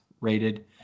rated